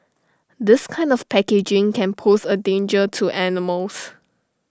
this kind of packaging can pose A danger to animals